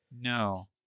no